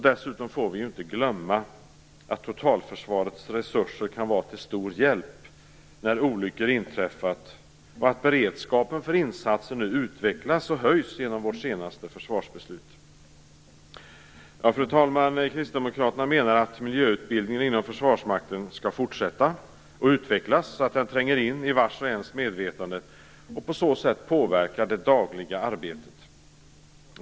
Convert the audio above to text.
Dessutom får vi inte glömma att totalförsvarets resurser kan vara till stor hjälp när olyckor har inträffat och att beredskapen för insatser nu utvecklas och höjs genom vårt senaste försvarsbeslut. Fru talman! Kristdemokraterna menar att miljöutbildningen inom Försvarsmakten skall fortsätta att utvecklas, så att den tränger in i var och ens medvetande och på så sätt påverkar det dagliga arbetet.